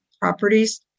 properties